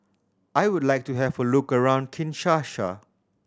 I would like to have a look around Kinshasa